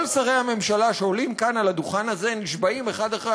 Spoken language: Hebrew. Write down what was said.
כל שרי הממשלה שעולים כאן על הדוכן הזה נשבעים אחד אחרי